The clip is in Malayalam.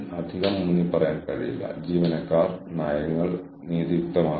അതിനാൽ നിങ്ങൾ നിങ്ങളുടെ കഴിവുകൾ പങ്കിടുന്നില്ല നിങ്ങൾ പരസ്പരം കടം വാങ്ങുന്നു